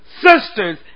sisters